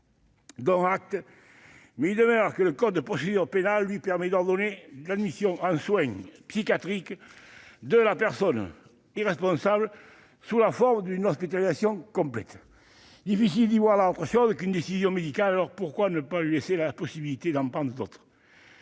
Dont acte, mais il demeure que le code de procédure pénale lui permet d'ordonner l'admission en soins psychiatriques de la personne irresponsable, sous la forme d'une hospitalisation complète. Il est difficile d'y voir autre chose qu'une décision médicale ... Dès lors, pourquoi ne pas lui laisser la possibilité d'en prendre d'autres ?